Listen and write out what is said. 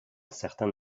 certain